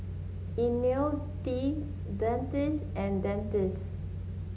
IoniL T Dentiste and Dentiste